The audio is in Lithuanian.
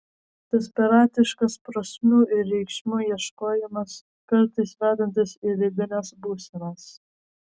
desperatiškas prasmių ir reikšmių ieškojimas kartais vedantis į ribines būsenas